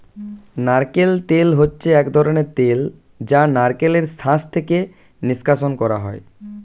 নারকেল তেল হচ্ছে এক ধরনের তেল যা নারকেলের শাঁস থেকে নিষ্কাশণ করা হয়